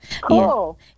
Cool